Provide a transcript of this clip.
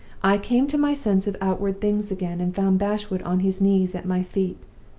i came to my sense of outward things again, and found bashwood on his knees at my feet,